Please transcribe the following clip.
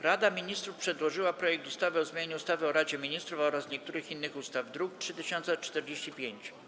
Rada Ministrów przedłożyła projekt ustawy o zmianie ustawy o Radzie Ministrów oraz niektórych innych ustaw, druk nr 3045.